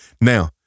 now